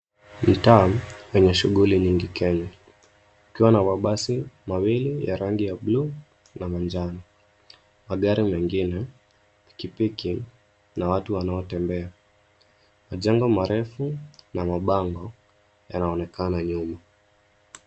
Mtaa wenye shughuli nyingi Kenya, ukiwa na mabasi mawili ya rangi ya buluu na manjano, magari mengine, pikipiki na watu wanaotembea. Majengo marefu na mabango yanaonekana nyuma.